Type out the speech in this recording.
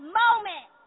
moment